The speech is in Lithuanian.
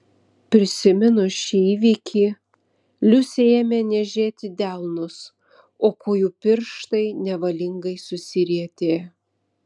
prisiminus šį įvykį liusei ėmė niežėti delnus o kojų pirštai nevalingai susirietė